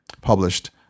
published